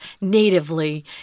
natively